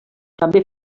també